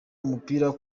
umupira